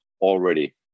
already